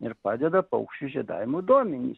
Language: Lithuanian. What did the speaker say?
ir padeda paukščių žiedavimo duomenys